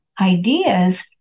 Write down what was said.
ideas